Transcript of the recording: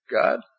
God